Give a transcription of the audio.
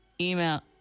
email